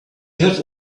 have